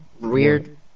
Weird